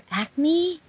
acne